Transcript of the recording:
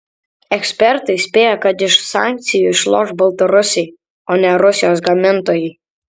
ekspertai spėja kad iš sankcijų išloš baltarusiai o ne rusijos gamintojai